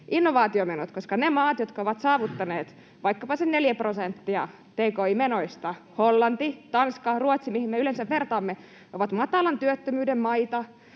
innovaatiomenot. Ne maat, jotka ovat saavuttaneet vaikkapa sen 4 prosenttia tki-menoista — Hollanti, Tanska, Ruotsi, mihin me yleensä vertaamme — ovat matalan työttömyyden maita,